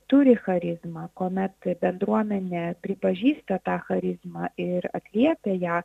turi charizmą kuomet kaip bendruomenė pripažįsta tą charizmą ir atliepia ją